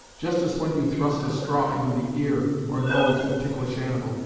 just as when you thrust a straw into the ear or nose of a ticklish animal,